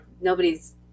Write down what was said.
nobody's